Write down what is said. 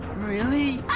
really?